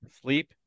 sleep